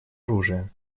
оружия